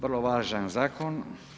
Vrlo važan zakon.